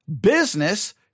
business